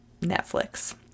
Netflix